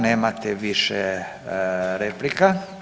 Nemate više replika.